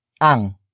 ang